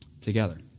together